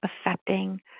affecting